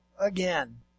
again